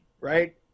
right